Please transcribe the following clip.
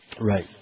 Right